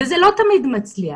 וזה לא תמיד מצליח.